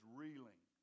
reeling